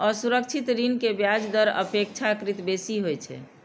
असुरक्षित ऋण के ब्याज दर अपेक्षाकृत बेसी होइ छै